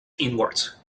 inwards